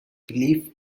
belief